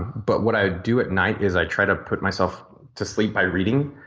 but what i do at night is i try to put myself to sleep by reading.